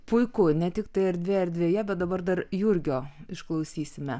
puiku ne tiktai erdvė erdvėje bet dabar dar jurgio išklausysime